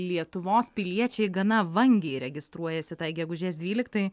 lietuvos piliečiai gana vangiai registruojasi tai gegužės dvyliktai